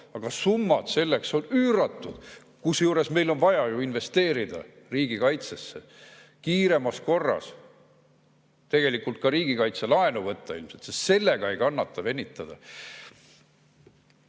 Aga summad selleks on üüratud. Kusjuures meil on vaja investeerida riigikaitsesse kiiremas korras, tegelikult ka riigikaitselaenu võtta ilmselt, sest sellega ei kannata venitada.